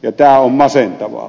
tämä on masentavaa